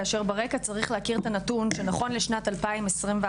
כאשר ברקע צריך להכיר את הנתון שנכון לשנת 2021,